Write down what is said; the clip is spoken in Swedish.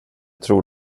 tror